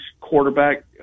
quarterback